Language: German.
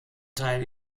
teil